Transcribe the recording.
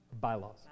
Bylaws